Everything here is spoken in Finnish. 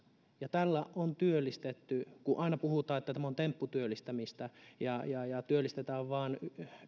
ja tällä on työllistetty aina puhutaan että tämä on tempputyöllistämistä ja ja työllistetään vain